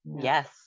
Yes